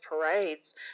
parades